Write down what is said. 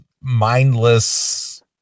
mindless